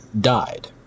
died